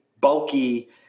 bulky